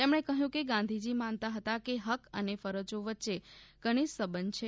તેમણે કહ્યું કે ગાંધીજી માનતા હતા કે હક્ક અને ફરજો વચ્ચે ધનિષ્ઠ સંબંધ છે